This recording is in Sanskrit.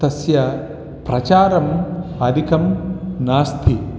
तस्य प्रचारम् अधिकं नास्ति